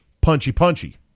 punchy-punchy